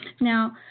Now